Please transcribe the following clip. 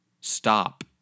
Stop